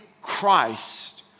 Christ